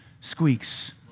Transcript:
squeaks